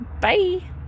bye